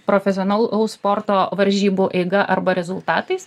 profesionalaus sporto varžybų eiga arba rezultatais